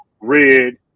red